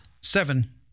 Seven